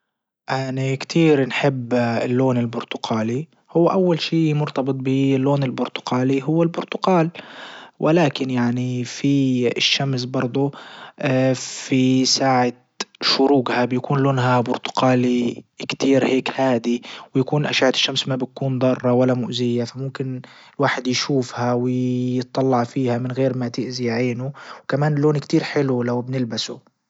اني كتير نحب اللون البرتقالي. هو اول شي مرتبط باللون البرتقالي هو البرتقال ولكن يعني في الشمس برضه في ساعة شروجها بيكون لونها برتقالي كتير هيك هادي. ويكون اشعة الشمس ما بتكون ضارة ولا مؤذية فممكن الواحد يشوفها ويطلع فيها من غير ما تأذي عينه وكمان لون كتير حلو لو بنلبسه.